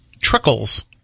trickles